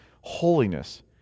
holiness